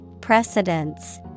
Precedence